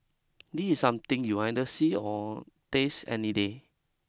this is something you'll either see or taste any day